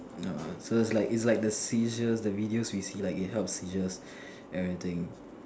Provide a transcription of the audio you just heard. no so it's like it's like the seizures the videos you see like you help seizures everything